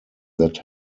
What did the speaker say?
that